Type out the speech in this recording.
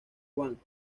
juan